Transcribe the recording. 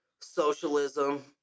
socialism